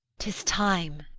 tis time